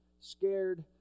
scared